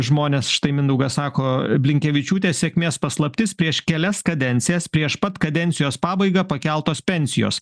žmonės štai mindaugas sako blinkevičiūtės sėkmės paslaptis prieš kelias kadencijas prieš pat kadencijos pabaigą pakeltos pensijos